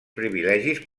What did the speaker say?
privilegis